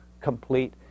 complete